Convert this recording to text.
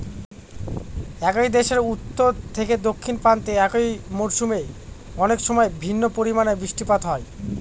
একই দেশের উত্তর থেকে দক্ষিণ প্রান্তে একই মরশুমে অনেকসময় ভিন্ন পরিমানের বৃষ্টিপাত হয়